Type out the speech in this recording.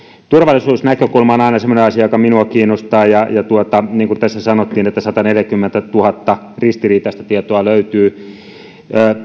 turvallisuusnäkökulma on aina semmoinen asia joka minua kiinnostaa niin kuin tässä sanottiin sataneljäkymmentätuhatta ristiriitaista tietoa löytyy